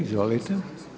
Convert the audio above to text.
Izvolite.